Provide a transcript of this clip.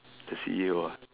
the C_E_O ah